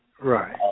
Right